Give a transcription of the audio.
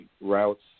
routes